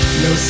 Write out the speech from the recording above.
no